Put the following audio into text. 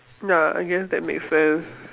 ya I guess that makes sense